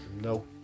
No